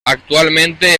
actualmente